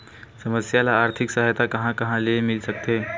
समस्या ल आर्थिक सहायता कहां कहा ले मिल सकथे?